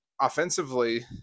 offensively